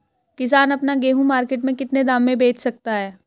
किसान अपना गेहूँ मार्केट में कितने दाम में बेच सकता है?